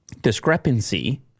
discrepancy